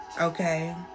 Okay